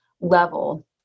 level